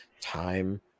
time